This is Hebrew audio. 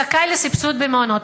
זכאי לסבסוד במעונות.